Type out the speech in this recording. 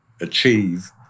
achieve